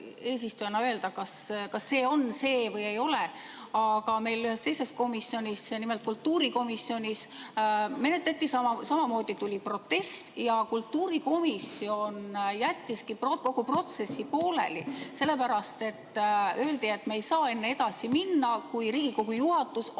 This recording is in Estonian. eesistujana öelda, kas see on see või ei ole, aga meil ühes teises komisjonis, nimelt kultuurikomisjonis, menetleti samamoodi ja siis tuli protest ja kultuurikomisjon jättiski kogu protsessi pooleli. Öeldi, et me ei saa enne edasi minna, kui Riigikogu juhatus on